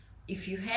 apa sia